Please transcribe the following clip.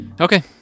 Okay